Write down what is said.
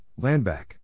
Landback